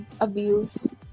abuse